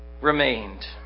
Remained